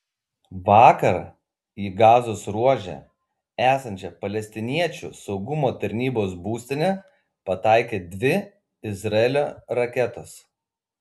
vakar į gazos ruože esančią palestiniečių saugumo tarnybos būstinę pataikė dvi izraelio raketos